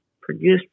produced